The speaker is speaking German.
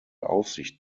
aufsicht